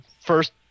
first